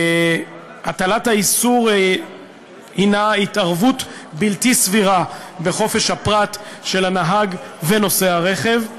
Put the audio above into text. הטלת האיסור היא התערבות בלתי סבירה בחופש הפרט של הנהג והנוסע ברכב.